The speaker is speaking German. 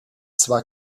zwar